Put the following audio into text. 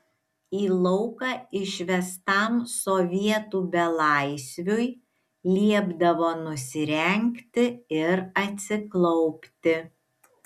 į lauką išvestam sovietų belaisviui liepdavo nusirengti ir atsiklaupti